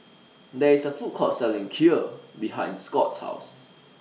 There IS A Food Court Selling Kheer behind Scott's House